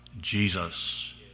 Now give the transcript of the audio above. Jesus